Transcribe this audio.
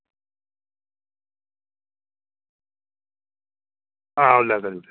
हां